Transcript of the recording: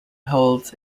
holds